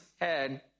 head